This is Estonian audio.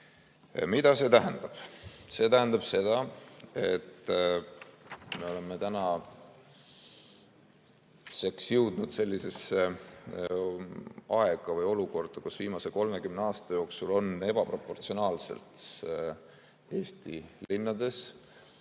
see tähendab? See tähendab seda, et me oleme tänaseks jõudnud sellisesse aega või olukorda, kus viimase 30 aasta jooksul on Eesti linnades